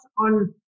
on